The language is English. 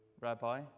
Rabbi